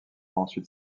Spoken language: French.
ensuite